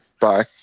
Bye